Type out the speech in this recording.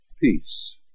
peace